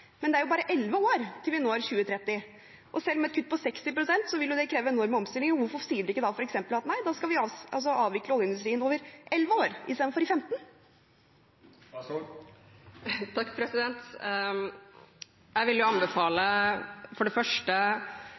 Men det er bare 11 år til vi når 2030! Selv med et kutt på 60 pst. vil det kreve enorme omstillinger. Hvorfor sier de f.eks. ikke at da skal vi avvikle oljeindustrien i løpet av 11 år istedenfor 15? Jeg vil for det første